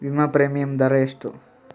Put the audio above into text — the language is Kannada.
ವಿಮಾ ಪ್ರೀಮಿಯಮ್ ದರಾ ಎಷ್ಟು?